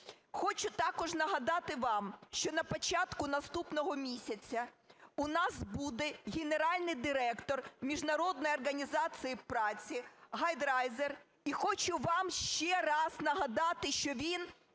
Хочу також нагадати вам, що на початку наступного місяця у нас буде генеральний директор Міжнародної організації праці Гай Райдер. І хочу вам ще раз нагадати, що він,